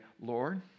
Lord